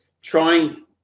trying